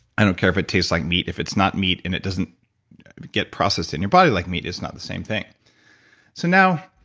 i don't care if it tastes like meat. if it's not meat and it doesn't get processed in your body like meat, it's not the same thing so now,